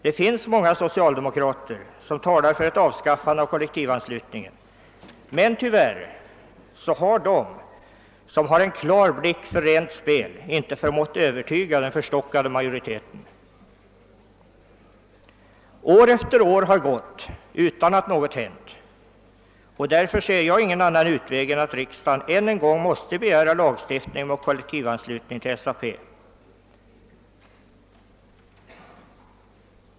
Det finns många socialdemokrater som talar för ett avskaffande av kollektivanslutningen. Tyvärr har de som äger en klar blick för rent spel inte förmått att övertyga den förstockade majoriteten. År efter år har gått utan att något har hänt, och därför ser jag ingen annan utväg än att riksdagen ännu en gång måste begära lagstiftning mot kollektivanslutningen till SAP.